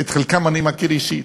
שאת חלקם אני מכיר אישית.